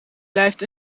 blijft